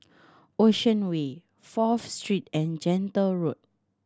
Ocean Way Fourth Street and Gentle Road